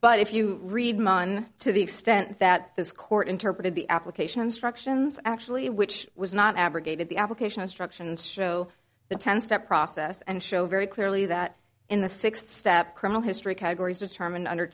but if you read mine to the extent that this court interpreted the application instructions actually which was not abrogated the application instructions show the ten step process and show very clearly that in the sixth step criminal history categories determine under